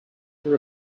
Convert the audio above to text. for